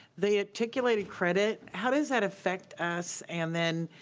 the articulated credit, how does that affect us? and then,